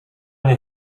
nie